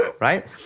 Right